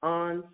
on